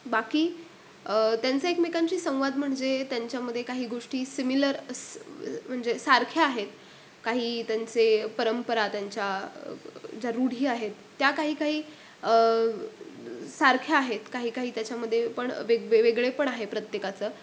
बाकी त्यांचं एकमेकांची संवाद म्हणजे त्यांच्यामध्ये काही गोष्टी सिमिलर असं म्हणजे सारख्या आहेत काही त्यांचे परंपरा त्यांच्या ज्या रूढी आहेत त्या काही काही सारख्या आहेत काही काही त्याच्यामध्ये पण वेग वेगळेपण आहे प्रत्येकाचं